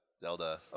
Zelda